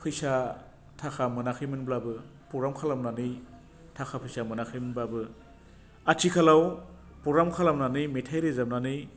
फैसा थाखा मोनाखैमोनब्लाबो पग्राम खालामनानै थाखा फैसा मोनाखैमोनबाबो आथिखालाव पग्राम खालामनानै मेथाय रोजाबनानै